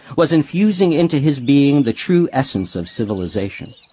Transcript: was infusing into his being the true essence of civilization.